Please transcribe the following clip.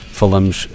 falamos